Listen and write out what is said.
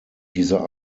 dieser